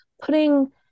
putting